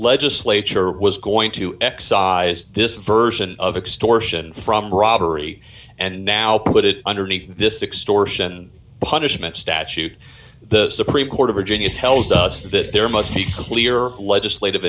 legislature was going to excise this version of extortion from robbery and now put it underneath this extortion punishment statute the supreme court of a genius tells us that there must be clear legislative